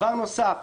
דבר נוסף,